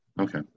Okay